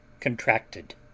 contracted